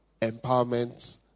empowerment